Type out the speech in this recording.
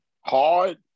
hard